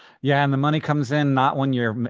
yeah, and the money comes in not when you're,